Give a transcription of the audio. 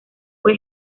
fue